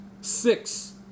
Six